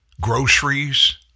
groceries